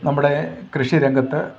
നമ്മുടെ കൃഷിരംഗത്ത്